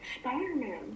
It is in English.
Spider-Man